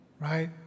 Right